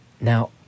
Now